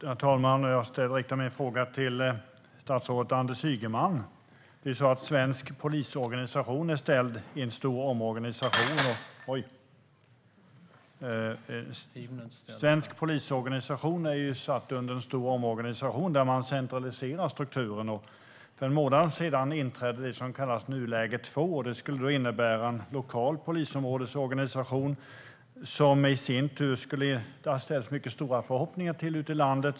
Herr talman! Jag riktar min fråga till statsrådet Anders Ygeman. Svensk polisorganisation är satt under en stor omorganisation där man centraliserar strukturen. För en månad sedan inträdde det som kallas nyläge 2, vilket skulle innebära en lokal polisområdesorganisation - något som det har ställts mycket stora förhoppningar till i landet.